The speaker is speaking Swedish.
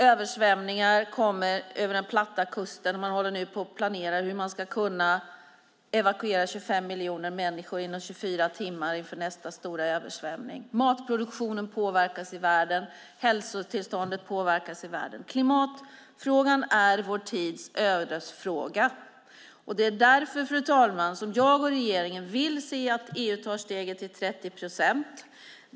Översvämningar kommer in över den platta kusten. Man planerar nu hur man ska evakuera 25 miljoner människor inom 24 timmar inför nästa stora översvämning. Matproduktionen påverkas i världen. Hälsotillståndet påverkas i världen. Klimatfrågan är vår tids ödesfråga. Det är därför, fru talman, som jag och regeringen vill se att EU tar steget till 30 procent.